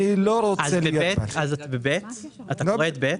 אתה קורא את (ב)?